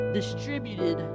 distributed